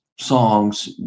songs